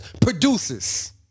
producers